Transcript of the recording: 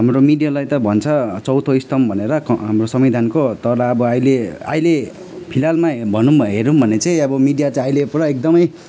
हाम्रो मिडियालाई त भन्छ चौथो स्तम्भ भनेर क हाम्रो संविधानको तर अब अहिले अहिले फिलहालमा भनौँ भने हेर्यौँ भने चाहिँ मिडिया चाहिँ अहिले पुरा एकदम